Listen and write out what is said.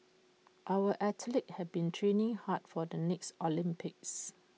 our athletes have been training hard for the next Olympics